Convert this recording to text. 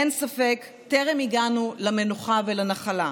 אין ספק, טרם הגענו למנוחה ולנחלה.